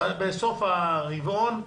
בסוף הרבעון: